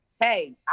hey